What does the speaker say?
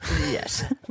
Yes